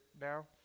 now